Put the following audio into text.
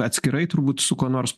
atskirai turbūt su kuo nors